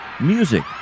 music